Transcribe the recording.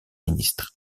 ministre